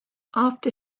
after